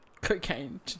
Cocaine